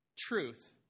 Truth